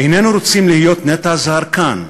איננו רוצים להיות נטע זר כאן.